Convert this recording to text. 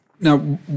Now